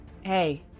Hey